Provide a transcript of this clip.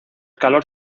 calor